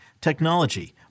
technology